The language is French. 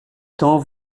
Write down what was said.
temps